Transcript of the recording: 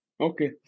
Okay